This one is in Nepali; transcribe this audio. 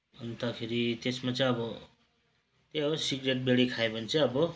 अन्तखेरि त्यसमा चाहिँ अब त्यही हो सिगरेट बिँडी खायो भने चाहिँ अब